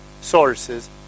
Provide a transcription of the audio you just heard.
sources